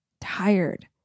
tired